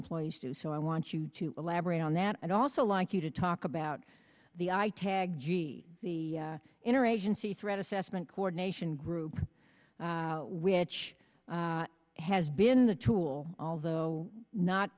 employees do so i want you to elaborate on that and also like you to talk about the i tag g the inner agency threat assessment coordination group which has been the tool although not